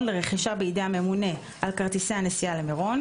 לרכישה בידי הממונה על כרטיסי הנסיעה למירון,